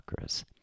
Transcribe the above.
chakras